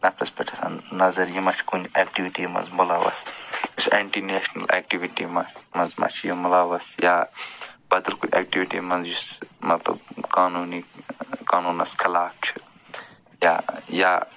نفرس پٮ۪ٹھ آسان نظر یہِ ما چھُ کُنہِ ایکٹیٛوٗٹی منٛز مُلوث یُس اینٛٹی نیشنل ایکٹیٛوٗٹی منٛز ما چھِ یِم مُلوث یا پتہٕ ایکٹیٛوٗٹی منٛز یُس مطلب قانوٗنی قانوٗنس خٕلاف چھِ یا یا